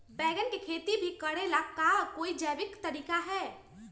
बैंगन के खेती भी करे ला का कोई जैविक तरीका है?